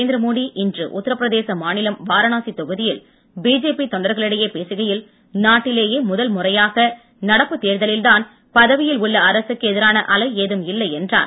நரேந்திரமோடி இன்று உத்தரப்பிரதேச மாநிலம் வாரணாசி தொகுதியில் பிஜேபி தொண்டர்களிடையே பேசுகையில் நாட்டிலேயே முதல் முறையாக நடப்பு தேர்தலில் தான் பதவியில் உள்ள அரசுக்கு எதிரான அலை ஏதுவும் இல்லை என்றார்